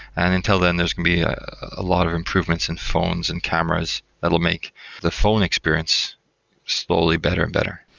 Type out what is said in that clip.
and until then, there's going to be a lot of improvements in phones and cameras that will make the phone experience slowly better and better.